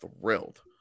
thrilled